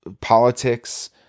politics